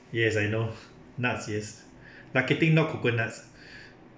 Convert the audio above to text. yes I know nuts yes lucky thing not coconuts